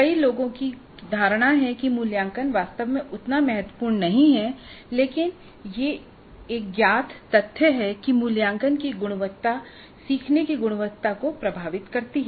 कई लोगों की धारणा है कि मूल्यांकन वास्तव में उतना महत्वपूर्ण नहीं है लेकिन यह एक ज्ञात तथ्य है कि मूल्यांकन की गुणवत्ता सीखने की गुणवत्ता को प्रभावित करती है